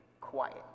Quiet